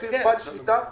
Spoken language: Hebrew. שכיר בעל שליטה ספציפית.